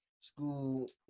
School